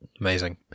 Amazing